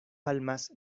palmas